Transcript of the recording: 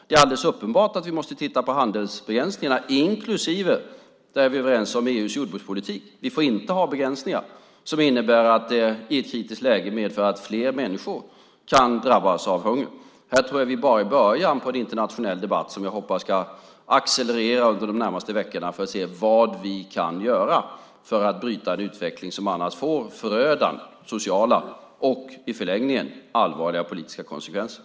Det är alldeles uppenbart att vi måste titta på handelsbegränsningarna, inklusive EU:s jordbrukspolitik; det är vi överens om. Vi får inte ha begränsningar som i ett kritiskt läge medför att fler människor kan drabbas av hunger. Jag tror att vi är bara i början av en internationell debatt som jag hoppas ska accelerera under de närmaste veckorna så att vi ser vad vi kan göra för att bryta en utveckling som annars får förödande sociala och, i förlängningen, allvarliga politiska konsekvenser.